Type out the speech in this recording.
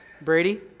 Brady